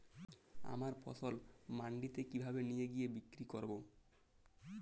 আমার ফসল মান্ডিতে কিভাবে নিয়ে গিয়ে বিক্রি করব?